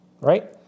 right